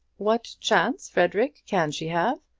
what chance, frederic, can she have?